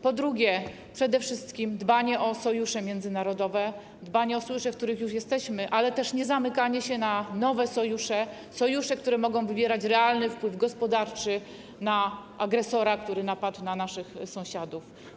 Po drugie, przede wszystkim dbanie o sojusze międzynarodowe, dbanie o sojusze, w których już jesteśmy, ale też niezamykanie się na nowe sojusze, które mogą wywierać realny wpływ gospodarczy na agresora, który napadł na naszych sąsiadów.